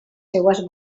seues